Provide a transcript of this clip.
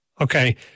Okay